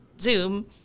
Zoom